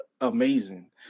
amazing